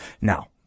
Now